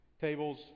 tables